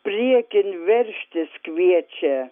priekin veržtis kviečia